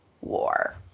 war